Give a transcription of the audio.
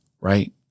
right